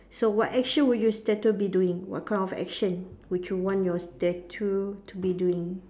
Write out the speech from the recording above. so what action would your statue be doing what kind of action would you want your statue to be doing